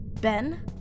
Ben